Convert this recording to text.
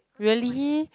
really